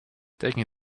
taking